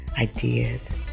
ideas